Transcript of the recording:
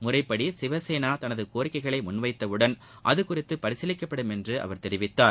முறைப்படி சிவசேனா தனது கோரிக்கைகளை முன் வைத்தவுடன் அதுகுறித்து பரிசீலிக்கப்படும் என்று அவர் தெரிவித்தார்